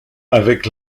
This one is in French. avec